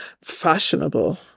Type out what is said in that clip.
fashionable